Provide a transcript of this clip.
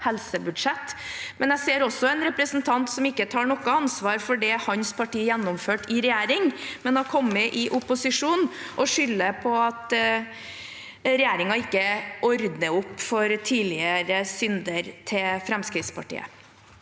helsebudsjett. Jeg ser en representant som ikke tar noe ansvar for det hans parti gjennomførte i regjering, men som har kommet i opposisjon og skylder på at regjeringen ikke ordner opp for Fremskrittspartiets